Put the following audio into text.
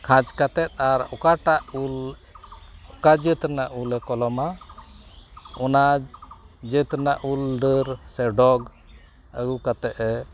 ᱠᱷᱟᱸᱡᱽ ᱠᱟᱛᱮᱫ ᱟᱨ ᱚᱠᱟᱴᱟᱜ ᱩᱞ ᱚᱠᱟ ᱡᱟᱹᱛ ᱨᱮᱱᱟᱜ ᱩᱞ ᱮ ᱠᱚᱞᱚᱢᱟ ᱚᱱᱟ ᱡᱟᱹᱛ ᱨᱮᱱᱟᱜ ᱩᱞ ᱰᱟᱹᱨ ᱥᱮ ᱰᱚᱜᱽ ᱟᱹᱜᱩ ᱠᱟᱛᱮᱫᱼᱮ